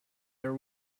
their